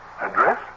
Address